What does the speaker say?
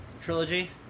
trilogy